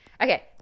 Okay